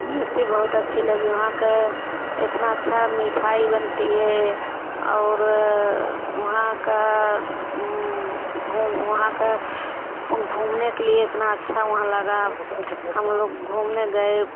इमरती बहुत अच्छी लगी वहाँ के इतना अच्छा मिठाई बनती है और वहाँ का घूम वहाँ का घूमने के लिए इतना अच्छा वहाँ लगा हम लोग घूमने गए